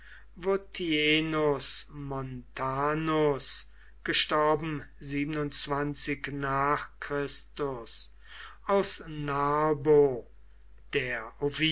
n chr aus narbo der